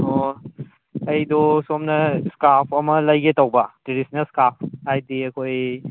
ꯑꯣ ꯑꯩꯗꯣ ꯁꯣꯝꯗ ꯏꯁꯀꯥꯔꯐ ꯑꯃ ꯂꯩꯒꯦ ꯇꯧꯕ ꯇ꯭ꯔꯦꯗꯤꯁꯟꯅꯦꯜ ꯏꯁꯀꯥꯔꯐ ꯍꯥꯏꯗꯤ ꯑꯩꯈꯣꯏ